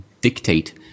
dictate